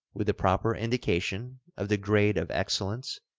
with the proper indication of the grade of excellence,